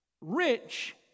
rich